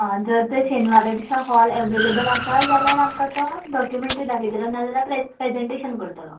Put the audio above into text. आं जर तर शेनवारा दिसा हॉल तर एवेलेबल आसा जाल्या आमकां तो डॉक्यूमेंट्री दाखयतलों नाजाल्या प्रेजेन्टेशन करतालो